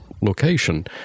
location